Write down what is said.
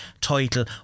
title